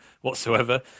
whatsoever